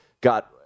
got –